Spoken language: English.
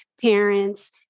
parents